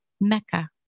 Mecca